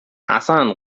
حسن